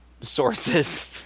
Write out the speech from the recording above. sources